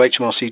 HMRC